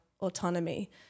autonomy